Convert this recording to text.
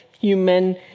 human